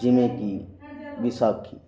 ਜਿਵੇਂ ਕਿ ਵਿਸਾਖੀ